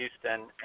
Houston